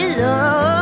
love